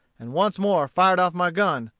and once more fired off my gun,